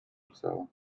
uppsala